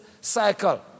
cycle